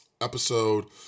episode